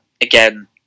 again